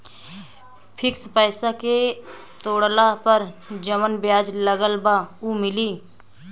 Fix पैसा के तोड़ला पर जवन ब्याज लगल बा उ मिली?